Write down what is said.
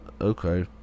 okay